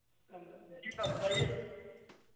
जी sir बताइए